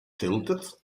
tilted